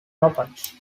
nobles